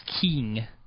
king